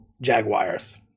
Jaguars